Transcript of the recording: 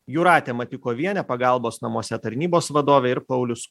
jūratė matikovienė pagalbos namuose tarnybos vadovė ir paulius